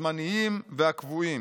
הזמניים והקבועים.